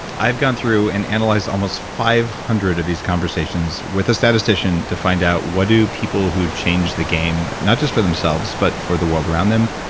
i've gone through and analyzed almost five hundred of these conversations with a statistician to find out what do people who change the game not just for themselves, but for the world around them,